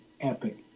epic